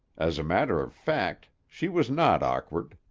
as a matter of fact, she was not awkward.